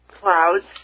clouds